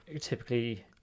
typically